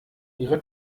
ihre